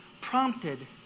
prompted